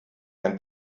ein